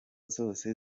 zose